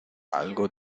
algo